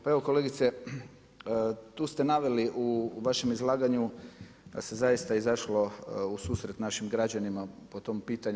Pa evo kolegice, tu ste naveli u vašem izlaganju da se zaista izašlo u susret našim građanima po tom pitanju.